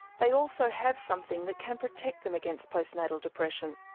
they also have something that can protect them against postnatal depression.